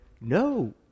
no